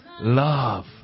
love